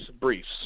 briefs